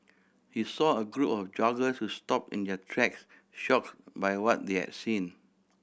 he saw a group of joggers who stopped in their tracks shocked by what they had seen